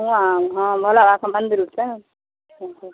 तऽ वहाँ भोलाबाबाके मन्दिर छै